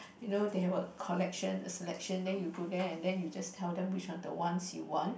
you know they have a collection a selection then you go there and then you just tell them which are the ones you want